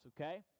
Okay